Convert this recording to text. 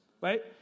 right